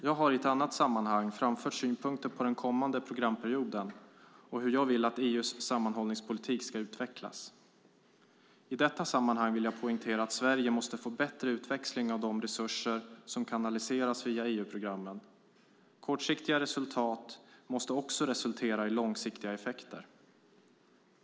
Jag har i ett annat sammanhang framfört synpunkter på den kommande programperioden och hur jag vill att EU:s sammanhållningspolitik ska utvecklas. I detta sammanhang vill jag poängtera att Sverige måste få bättre utväxling av de resurser som kanaliseras via EU-programmen. Kortsiktiga resultat måste också resultera i långsiktiga effekter.